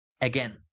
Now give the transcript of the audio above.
again